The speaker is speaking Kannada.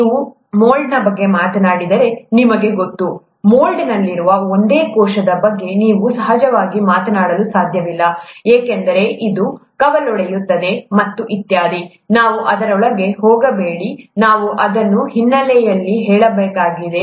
ನೀವು ಮೊಲ್ಡ್ನ ಬಗ್ಗೆ ಮಾತನಾಡಿದರೆ ನಿಮಗೆ ಗೊತ್ತಾ ಮೊಲ್ಡ್ನಲ್ಲಿರುವ ಒಂದೇ ಕೋಶದ ಬಗ್ಗೆ ನೀವು ನಿಜವಾಗಿಯೂ ಮಾತನಾಡಲು ಸಾಧ್ಯವಿಲ್ಲ ಏಕೆಂದರೆ ಅದು ಕವಲೊಡೆಯುತ್ತದೆ ಮತ್ತು ಇತ್ಯಾದಿ ನಾವು ಅದರೊಳಗೆ ಹೋಗಬೇಡಿ ನಾವು ಅದನ್ನು ಹಿನ್ನೆಲೆಯಲ್ಲಿ ಹೇಳಬೇಕಾಗಿದೆ